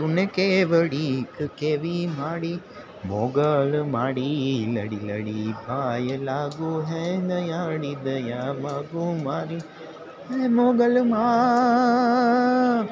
તુને કેવડી ક કહેવી માડી મોગલ માડી લળી લળી પાય લાગુ હે દયાળી દયા માંગુ મારી હે મોગલ મા